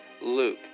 Luke